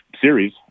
Series